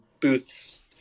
Booth's